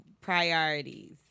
priorities